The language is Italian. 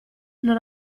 non